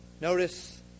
notice